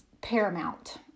paramount